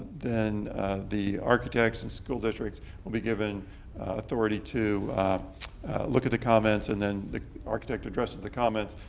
then the architects and school districts will be given authority to look at the comments and then the architect addresses the comments,